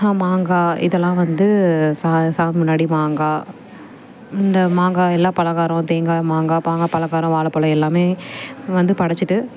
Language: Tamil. மாங்காய் இதெல்லாம் வந்து சா சாமி முன்னாடி மாங்காய் இந்த மாங்காய் எல்லா பலகாரம் தேங்காய் மாங்காய் ப பலகாரம் வாழைப் பழம் எல்லாமே வந்து படைச்சுட்டு